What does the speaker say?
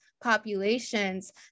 populations